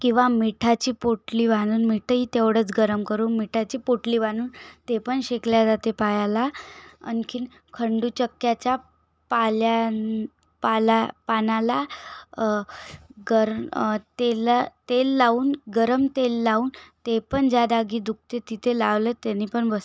किंवा मिठाची पोटली बांधून मीठही तेवढंच गरम करून मिठाची पोटली बांधून ते पण शेकले जाते पायाला आणखी खंडू चक्क्याच्या पाल्यान पाला पानाला गर तेला तेल लावून गरम तेल लावून ते पण ज्या दागी दुखते तिथे लावलं त्यानेपण बस